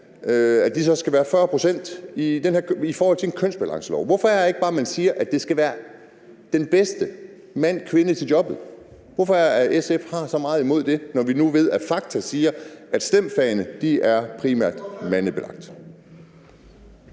at der skal være 40 pct. i forhold til en kønsbalancelov? Hvorfor er det ikke bare, at man siger, at det skal være den bedste mand/kvinde til jobbet? Hvorfor har SF så meget imod det, når vi nu ved, at fakta siger, at STEM-fagene primært er mandebelagt?